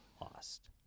lost